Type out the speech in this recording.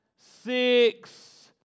six